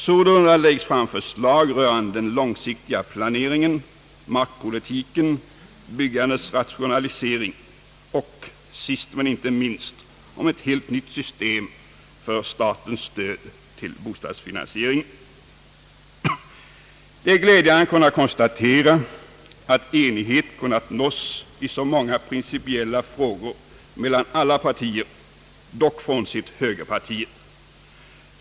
Sålunda läggs fram förslag rörande den långsiktiga planeringen, markpolitiken, byggandets rationalisering och — sist men inte minst — om ett helt nytt system för statens stöd till bostadsfinansieringen. Det är glädjande att kunna konstatera att enighet kunnat nås i så många principiella frågor mellan alla partier, dock frånsett högerpartiet.